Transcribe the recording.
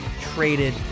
traded